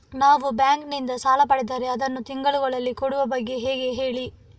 ನಾವು ಬ್ಯಾಂಕ್ ನಿಂದ ಸಾಲ ಪಡೆದರೆ ಅದನ್ನು ತಿಂಗಳುಗಳಲ್ಲಿ ಕೊಡುವ ಬಗ್ಗೆ ಹೇಗೆ ಹೇಳಿ